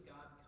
God